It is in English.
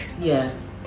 Yes